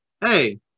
hey